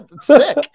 Sick